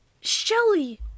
Shelly